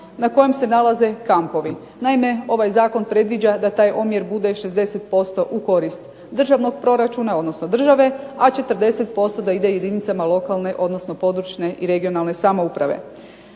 na kojem se nalaze kampovi. Naime, ovaj zakon predviđa da taj omjer bude 60% u korist državnog proračuna, odnosno države, a 40% da ide jedinicama lokalne, odnosno regionalne samouprave.